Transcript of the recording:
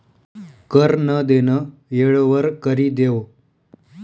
कर नं देनं येळवर करि देवं